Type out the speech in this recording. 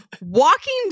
walking